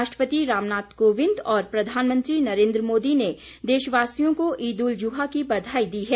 राष्टपति रामनाथ कोंविद और प्रधानमंत्री नरेन्द्र मोदी ने देशवासियों को ईद उल जुहा की बधाई दी है